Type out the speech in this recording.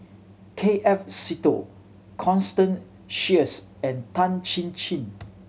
K F Seetoh Constance Sheares and Tan Chin Chin